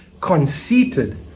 conceited